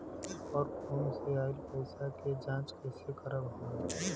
और फोन से आईल पैसा के जांच कैसे करब हम?